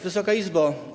Wysoka Izbo!